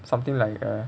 something like a